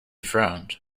frowned